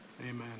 Amen